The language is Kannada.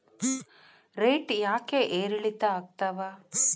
ರೇಟ್ ಯಾಕೆ ಏರಿಳಿತ ಆಗ್ತಾವ?